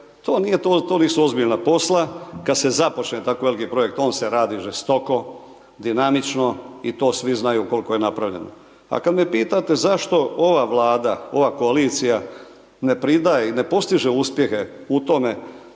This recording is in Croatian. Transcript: to nisu ozbiljna posla, kad se započne tako veliki projekt, on se radi žestoko, dinamično i to svi znaju koliko je napravljeno. A kad me pitate zašto ova Vlada, ova koalicija ne pridaje i ne postiže uspjehe u tome,